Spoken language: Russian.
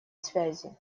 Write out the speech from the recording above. связи